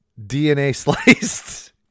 DNA-sliced